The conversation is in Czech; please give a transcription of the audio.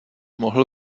mohl